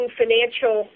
financial